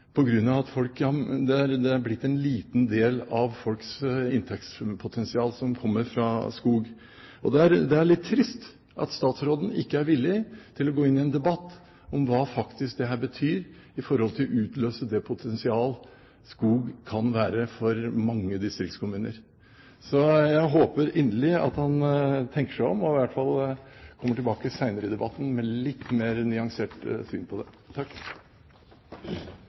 det har blitt slik at en liten del av folks inntektspotensial kommer fra skog. Det er litt trist at statsråden ikke er villig til å gå inn i en debatt om hva dette faktisk betyr i forhold til å utløse det potensial skog kan være for mange distriktskommuner. Jeg håper inderlig at han tenker seg om og i hvert fall kommer tilbake senere i debatten med et litt mer nyansert syn på det.